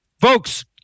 Folks